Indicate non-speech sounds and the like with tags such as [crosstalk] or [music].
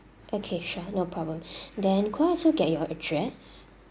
okay sure no problem [breath] then could I also get your address